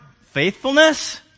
faithfulness